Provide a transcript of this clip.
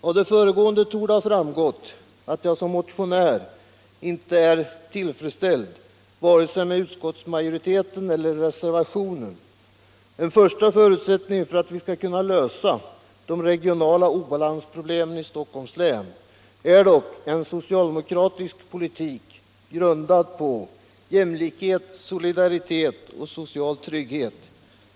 Av det föregående torde ha framgått att jag som motionär inte är tillfredsställd med vare sig utskottsmajoritetens skrivning eller reservanternas. En första förutsättning för att vi skall kunna lösa de regionala obalansproblemen i Stockholms län är dock en socialdemokratisk politik, grundad på jämlikhet, solidaritet och social trygghet.